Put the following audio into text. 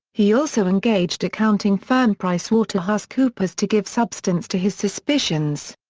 he also engaged accounting firm pricewaterhousecoopers to give substance to his suspicions.